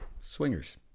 Swingers